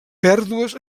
pèrdues